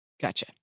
Gotcha